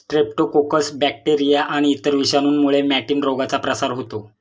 Streptococcus bacteria आणि इतर विषाणूंमुळे मॅटिन रोगाचा प्रसार होतो